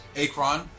Akron